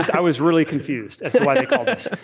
i was really confused as to why they called us,